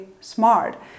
smart